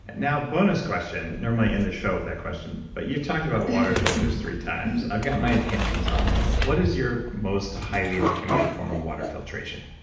now, bonus question, normally i end this show with that question, but you talked about water filters three times. i've got my opinions on them. what is your most highly recommended form of water filtration?